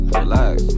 relax